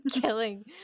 killing